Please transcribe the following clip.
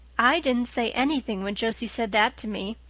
i didn't say anything when josie said that to me,